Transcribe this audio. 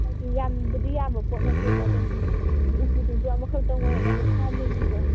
ꯍꯥꯏꯕꯗꯤ ꯌꯥꯝꯅꯕꯨꯗꯤ ꯌꯥꯝꯕ ꯄꯣꯠ ꯅꯠꯇꯦꯕ ꯑꯗꯨꯝ ꯎꯄꯨꯗꯨꯁꯨ ꯑꯃꯈꯛꯇꯪ ꯑꯣꯏꯔꯒ ꯑꯗꯨꯝ ꯈꯔ ꯂꯤꯡꯕꯤꯗꯣ